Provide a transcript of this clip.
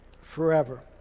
forever